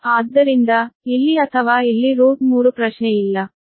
ಆದ್ದರಿಂದ ಇಲ್ಲಿ ಅಥವಾ ಇಲ್ಲಿ √3 ಪ್ರಶ್ನೆಯಿಲ್ಲ